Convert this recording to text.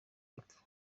y’epfo